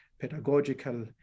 pedagogical